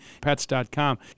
Pets.com